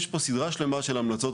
יש פה סדרה שלמה של המלצות,